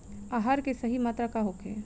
आहार के सही मात्रा का होखे?